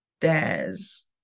dares